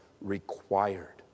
required